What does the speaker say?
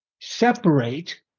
separate